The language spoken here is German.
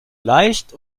leicht